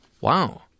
Wow